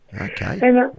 Okay